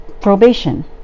probation